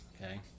Okay